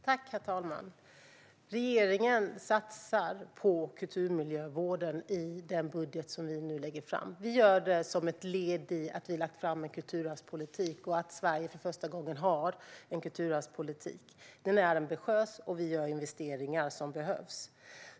Herr talman! Regeringen satsar på kulturmiljövården i den budget som vi nu lägger fram. Vi gör det som ett led i att vi nu lagt fram en kulturarvspolitik och att Sverige för första gången har en kulturarvspolitik. Den är ambitiös, och vi gör investeringar som behövs.